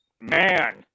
man